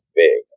big